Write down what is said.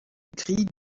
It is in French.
grille